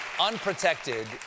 Unprotected